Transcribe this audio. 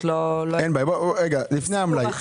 לפני המלאי,